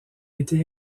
été